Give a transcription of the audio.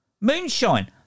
moonshine